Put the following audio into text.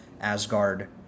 asgard